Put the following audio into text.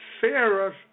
Sarah